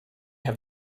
have